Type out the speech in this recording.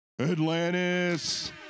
atlantis